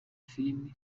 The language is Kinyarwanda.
film